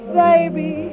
baby